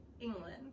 England